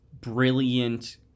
brilliant